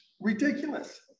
ridiculous